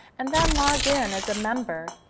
and then login as a member.